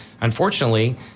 Unfortunately